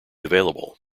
available